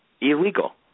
illegal